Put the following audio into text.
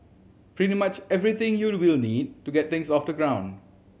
pretty much everything you will need to get things off the ground